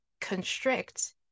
constrict